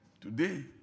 Today